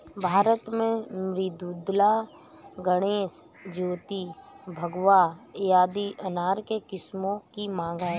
भारत में मृदुला, गणेश, ज्योति, भगवा आदि अनार के किस्मों की मांग है